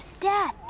Dad